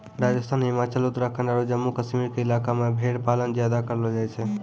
राजस्थान, हिमाचल, उत्तराखंड आरो जम्मू कश्मीर के इलाका मॅ भेड़ पालन ज्यादा करलो जाय छै